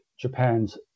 Japan's